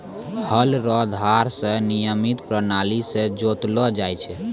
हल रो धार से न्यूतम प्राणाली से जोतलो जाय छै